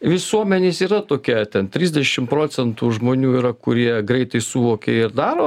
visuomenės yra tokia ten trisdešim procentų žmonių yra kurie greitai suvokia ir daro